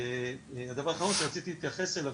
הדבר האחרון שרציתי להתייחס אליו,